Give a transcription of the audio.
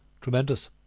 Tremendous